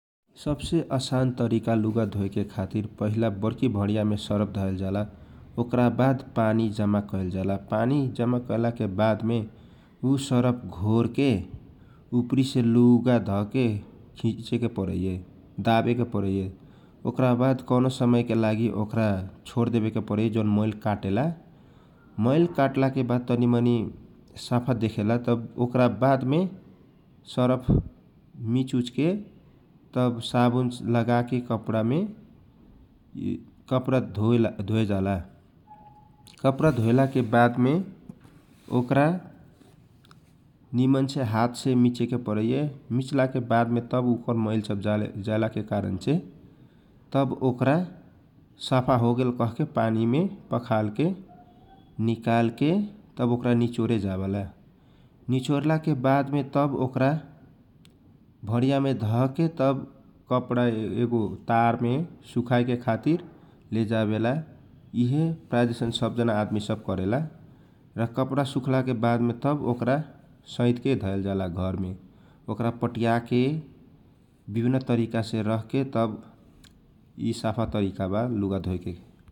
सब से आसान तरिका लुगा धोएके खातिर पहिला बडकी भडियामे सरफ धएल जाला तव पानी डालके घोर के उपरी से लुग धरे जाला मिचे के पारइए ओकरा बाट कौनो समय के लागी छोरे जाला जौन मैल काटेला मैल काटला के बाद मे सावुन लगाए मिचे जाला यकरा बाता पानी में पखाले जाला पखालला के बाद मिच के घाम में सुखाए जाला एकटा बात आइ रण लगाए के राखे जाला ।